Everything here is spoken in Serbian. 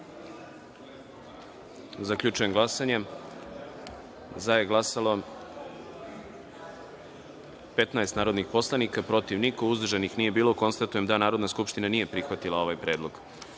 predlog. Zaključujem glasanje: za je glasalo – 12 narodnih poslanika, protiv – niko, uzdržanih – nije bilo. Konstatujem da Narodna skupština nije prihvatila ovaj predlog. Narodni